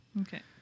Okay